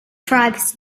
tribes